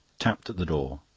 tapped at the door.